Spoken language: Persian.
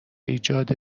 ایجاد